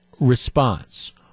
Response